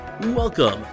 Welcome